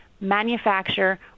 manufacture